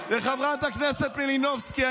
עשיתם מספיק נזק.